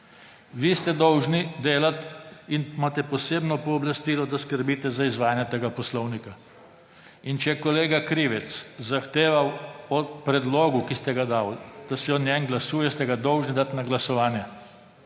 Vi ste dolžni delati in imate posebno pooblastilo, da skrbite za izvajanje tega poslovnika. Če je kolega Krivec zahteval o predlogu, ki ste ga dali, da se o njem glasuje, ste ga dolžni dati na glasovanje.